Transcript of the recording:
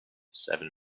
seven